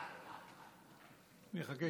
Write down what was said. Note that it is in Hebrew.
אני אחכה